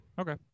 Okay